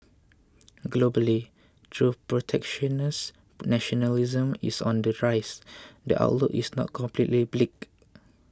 globally though protectionist nationalism is on the rise the outlook is not completely bleak